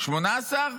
18?